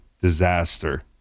disaster